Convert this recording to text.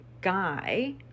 guy